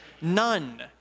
None